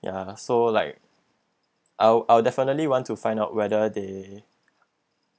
ya so like I'll I'll definitely want to find out whether they